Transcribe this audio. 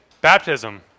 baptism